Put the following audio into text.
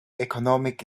economic